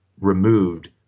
removed